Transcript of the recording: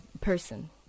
person